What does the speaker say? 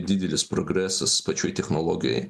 didelis progresas pačioj technologijoj